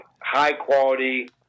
high-quality